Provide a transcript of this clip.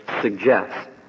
suggests